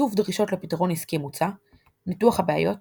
איסוף דרישות לפתרון עסקי מוצע ניתוח הבעיות